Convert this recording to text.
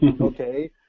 okay